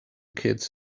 kids